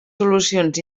solucions